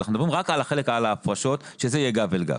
אנחנו מדברים רק על ההפרשות שזה יהיה גב אל גב.